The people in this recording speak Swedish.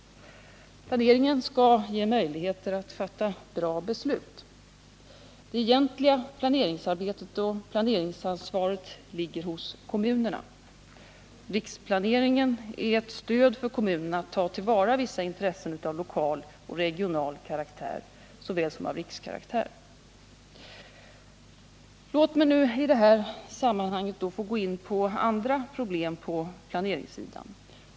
Planeringen skall ge möjligheter att fatta bra beslut. Det egentliga planeringsarbetet och planeringsansvaret ligger hos kommunerna. Riksplaneringen är ett stöd för kommunerna att ta till vara vissa intressen av lokal och regional karaktär såväl som av rikskaraktär. Låt mig nu i detta sammanhang få gå in på andra problem på planeringssidan.